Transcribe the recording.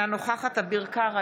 אינה נוכחת אביר קארה,